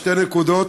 בשתי נקודות,